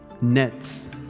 nets